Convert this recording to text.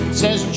says